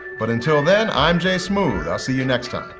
but until then, i'm jay smooth. i'll see you next time.